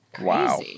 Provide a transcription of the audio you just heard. Wow